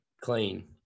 Clean